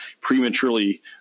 prematurely